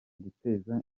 guteza